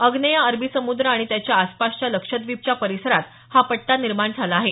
आग्नेय अरबी समुद्र आणि त्याच्या आसपासच्या लक्षद्वीपच्या परिसरात हा पट्टा निर्माण झाला आहे